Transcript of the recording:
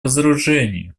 разоружению